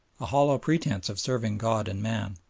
a hollow pretence of serving god and man,